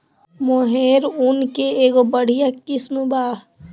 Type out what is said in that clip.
मोहेर ऊन के एगो बढ़िया किस्म बा